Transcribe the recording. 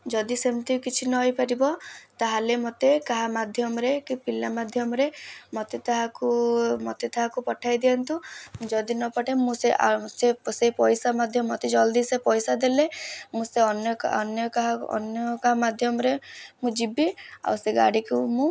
ଯଦି ସେମିତି କିଛି ନହେଇପାରିବ ତା'ହେଲେ ମୋତେ କାହା ମାଧ୍ୟମରେ କି ପିଲା ମାଧ୍ୟମରେ ମୋତେ ତାହାକୁ ମୋତେ ତାହାକୁ ପଠାଇଦିଅନ୍ତୁ ଯଦି ନପଠେଇବେ ମୁଁ ସେ ସେ ପଇସା ମଧ୍ୟ ମୋତେ ଜଲ୍ଦି ସେ ପଇସା ଦେଲେ ମୁଁ ସେ ଅନ୍ୟ କାହା ଅନ୍ୟ କାହାକୁ ଅନ୍ୟ କାହା ମାଧ୍ୟମରେ ମୁଁ ଯିବି ଆଉ ସେ ଗାଡ଼ିକୁ ମୁଁ